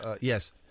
Yes